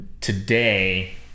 today